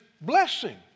blessing